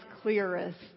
clearest